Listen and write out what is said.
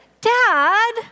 dad